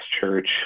Church